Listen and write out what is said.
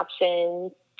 options